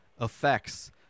effects